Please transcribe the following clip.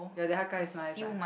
ya the har-gow is nice ah